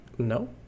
no